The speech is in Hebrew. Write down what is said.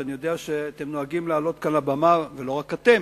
שאתם נוהגים לעלות כאן לבמה, ולא רק אתם,